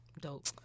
Dope